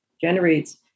generates